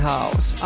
House